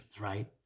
right